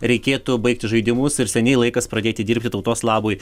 reikėtų baigti žaidimus ir seniai laikas pradėti dirbti tautos labui